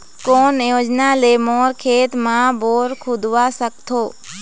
कोन योजना ले मोर खेत मा बोर खुदवा सकथों?